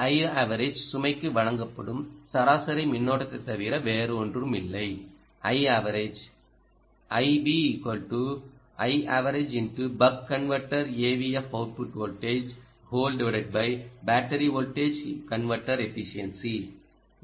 battery Iaverage சுமைக்கு வழங்கப்படும் சராசரி மின்னோட்டத்தைத் தவிர வேறொன்றுமில்லை Iaverage